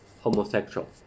homosexual